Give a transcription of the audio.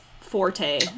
forte